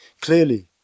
Clearly